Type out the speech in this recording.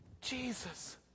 Jesus